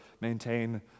maintain